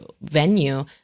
venue